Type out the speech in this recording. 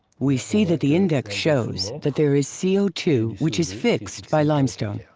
we see that the index shows that there is c o two which is fixed by limestone.